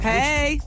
Hey